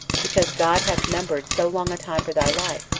because god hath numbered so long a time for thy life,